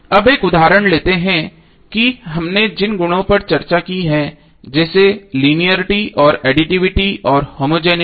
अब एक उदाहरण लेते हैं कि हमने जिन गुणों पर चर्चा की जैसे कि लीनियरटी और एडिटिविटी और होमोजेनिटी